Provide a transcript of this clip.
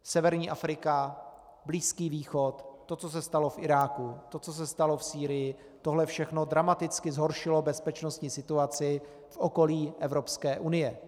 Severní Afrika, Blízký východ, to, co se stalo v Iráku, to, co se stalo v Sýrii, tohle všechno dramaticky zhoršilo bezpečností situaci v okolí Evropské unie.